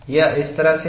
यह इस तरह है